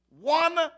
One